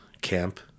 Camp